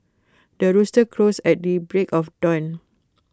the rooster crows at the break of dawn